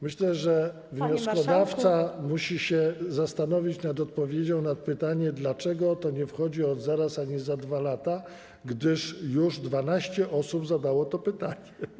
Myślę, że wnioskodawca musi się zastanowić nad odpowiedzią na pytanie, dlaczego to wchodzi nie od zaraz, ale za 2 lata, gdyż już 12 osób zadało to pytanie.